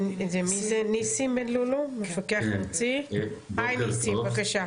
ניסים בן לולו מפקח ארצי, הי ניסים בבקשה.